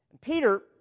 Peter